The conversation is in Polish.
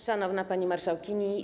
Szanowna Pani Marszałkini!